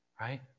Right